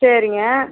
சரிங்க